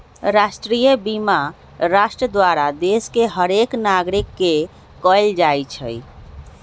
राष्ट्रीय बीमा राष्ट्र द्वारा देश के हरेक नागरिक के कएल जाइ छइ